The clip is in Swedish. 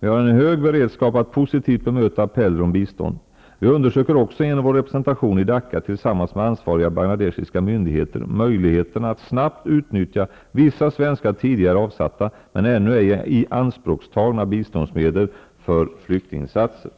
Vi har en hög be redskap att positivt bemöta appeller om bistånd. Vi undersöker också ge nom vår representation i Dacca tillsammans med ansvariga bangladeshiska myndigheter möjligheterna att snabbt utnyttja vissa svenska tidigare avsatta men ännu ej ianspråktagna biståndsmedel för flyktinginsatser.